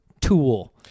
tool